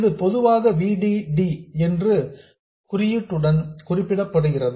இது பொதுவாக V D D என்ற குறியீட்டுடன் குறிப்பிடப்படுகிறது